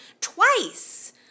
twice